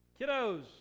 kiddos